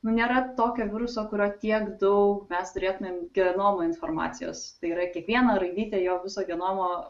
nėra tokio viruso kurio tiek daug mes turėtumėm genomo informacijos tai yra kiekvieną raidytę jo viso genomo